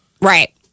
Right